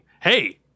Hey